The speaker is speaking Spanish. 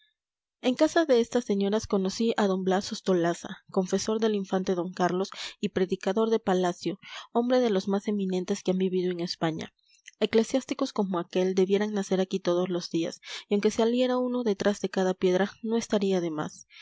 en casa de estas señoras conocí a d blas ostolaza confesor del infante d carlos y predicador de palacio hombre de los más eminentes que han vivido en españa eclesiásticos como aquel debieran nacer aquí todos los días y aunque saliera uno detrás de cada piedra no estaría de más